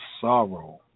sorrow